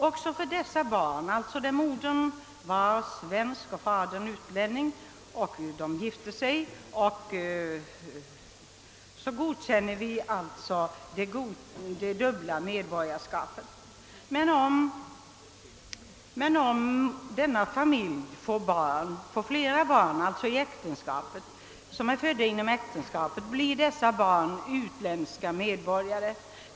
Också för dessa barn av svensk moder och utländsk fader, vilka har gift sig, godkänner vi alltså det dubbla medborgarskapet. Men om denna familj får flera barn, som är födda inom äktenskapet, blir dessa utländska medborgare.